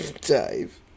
Dave